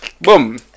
Boom